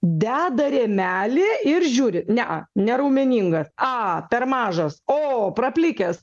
deda rėmelį ir žiūri nea neraumeningas a per mažas o praplikęs